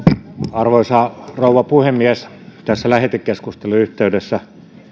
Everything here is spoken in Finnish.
arvoisa rouva puhemies tämän lähetekeskustelun yhteydessä